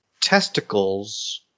testicles